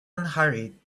unhurried